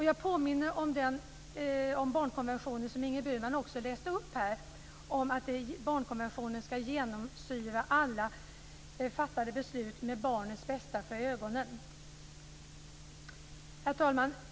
Jag påminner om barnkonventionen, som Ingrid Burman läste ur. Barnkonventionen ska genomsyra alla fattade beslut, och besluten ska ha barnens bästa för ögonen. Herr talman!